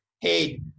hey